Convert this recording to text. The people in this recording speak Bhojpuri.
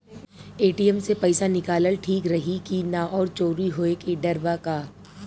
ए.टी.एम से पईसा निकालल ठीक रही की ना और चोरी होये के डर बा का?